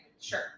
sure